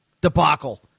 debacle